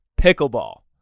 pickleball